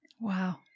Wow